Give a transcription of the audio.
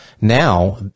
Now